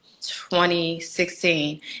2016